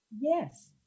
Yes